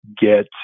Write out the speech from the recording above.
get